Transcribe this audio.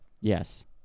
Yes